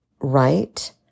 right